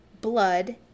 Blood